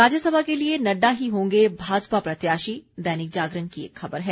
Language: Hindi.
राज्यसभा के लिये नड्डा ही होंगे भाजपा प्रत्याशी दैनिक जागरण की खबर है